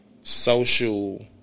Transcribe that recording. social